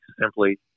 simply